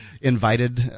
invited